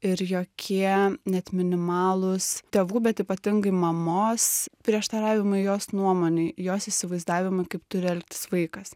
ir jokie net minimalūs tėvų bet ypatingai mamos prieštaravimai jos nuomonei jos įsivaizdavimui kaip turi elgtis vaikas